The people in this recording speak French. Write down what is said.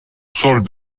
sol